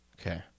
Okay